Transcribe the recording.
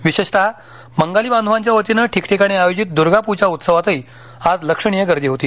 विशेषतः बंगाली बांधवांच्यावतीनं ठिकठीकाणी आयोजित दुर्गापूजा उत्सवातही आज लक्षणीय गर्दी होती